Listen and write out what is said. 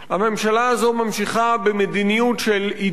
הממשלה הזאת ממשיכה במדיניות של עידוד